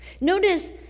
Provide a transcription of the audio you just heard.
Notice